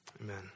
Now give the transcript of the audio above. Amen